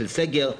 של סגר,